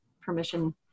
permission